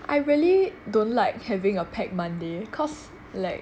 I really don't like having a pack monday cause like